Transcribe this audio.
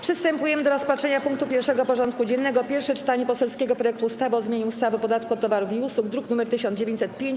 Przystępujemy do rozpatrzenia punktu 1. porządku dziennego: Pierwsze czytanie poselskiego projektu ustawy o zmianie ustawy o podatku od towarów i usług (druk nr 1905)